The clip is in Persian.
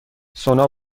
سونا